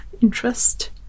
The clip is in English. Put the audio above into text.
interest